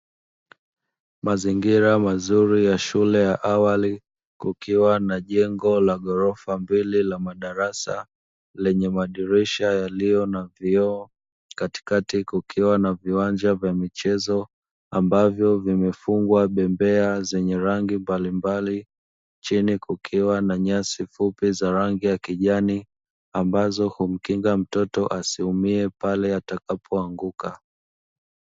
Mazingira mazuri ya shule ya awali, kukiwa na jengo la ghorofa mbili la madarasa lenye madirisha yaliyo na vioo; katikati kukiwa na viwanja vya michezo ambavyo vimefungwa bembea zenye rangi mbalimbali, chini kukiwa na nyasi fupi za rangi ya kijani ambazo humkinga mtoto asiumie pale atakapoanguka.